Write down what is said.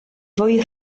fwy